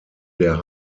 der